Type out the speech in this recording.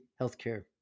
Healthcare